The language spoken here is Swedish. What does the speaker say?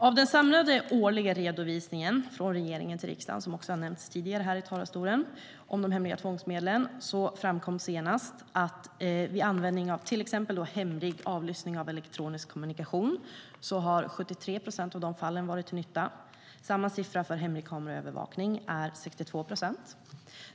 Av den samlade årliga redovisningen från regeringen till riksdagen om de nya tvångsmedlen, som har nämnts tidigare här i talarstolen, framkom senast att användningen av hemlig avlyssning av elektronisk kommunikation har varit till nytta i 73 procent av fallen. Samma siffra för hemlig kameraövervakning är 62 procent.